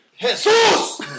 Jesus